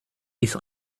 ist